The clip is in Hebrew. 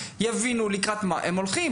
יבינו לקראת מה הם הולכים.